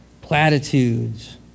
Platitudes